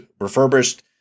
Refurbished